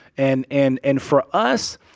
and and and for us,